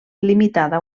limitada